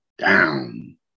down